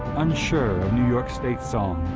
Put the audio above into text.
unsure of new york's state song,